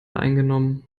eingenommen